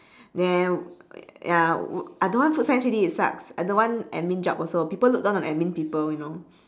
then ya wou~ I don't want food science already it sucks I don't want admin jobs also people look down on admin people you know